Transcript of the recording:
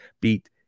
beat